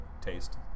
Taste